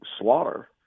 slaughter